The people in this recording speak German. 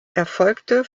erfolgte